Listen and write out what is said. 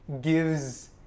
gives